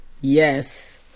Yes